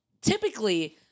typically